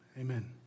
Amen